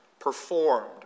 performed